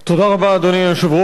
עמיתי חברי הכנסת,